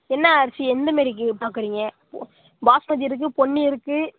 என்ன அரிசி எந்தமாரிக்கி பார்க்குறீங்க பாஸ்மதி இருக்குது பொன்னி இருக்குது